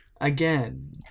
Again